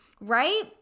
right